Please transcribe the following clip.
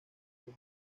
unió